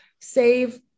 Save